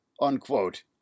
unquote